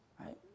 right